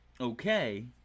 okay